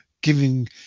giving